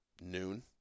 noon